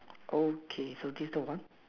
okay so this the one